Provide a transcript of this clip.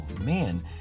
man